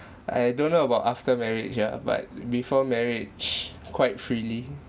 I don't know about after marriage yeah but before marriage quite freely